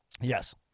yes